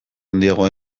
handiagoa